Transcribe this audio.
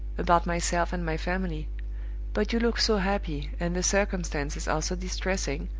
about myself and my family but you look so happy, and the circumstances are so distressing,